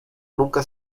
nunca